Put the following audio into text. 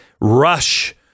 rush